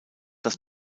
das